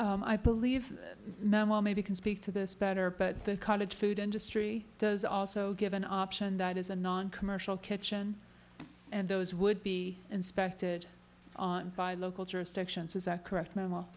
inspecting i believe now maybe can speak to this better but the college food industry does also give an option that is a non commercial kitchen and those would be inspected by local jurisdictions is that correct